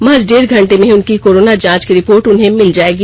महज डेढ़ घंटे में ही उनकी कोरोना जांच की रिपोर्ट उन्हें मिल जाएगी